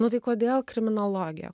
nu tai kodėl kriminologija